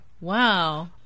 Wow